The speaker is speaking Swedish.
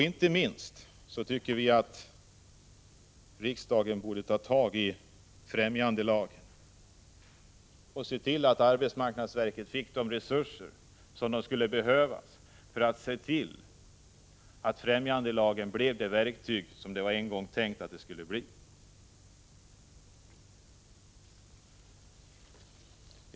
Inte minst tycker vi att riksdagen borde ta tag i främjandelagen och se till att arbetsmarknadsverket fick de resurser som skulle behövas för att se till att främjandelagen blir det verktyg som den en gång var tänkt att bli.